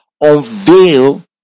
unveil